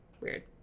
Weird